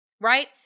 Right